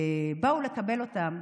ובאו לקבל אותם,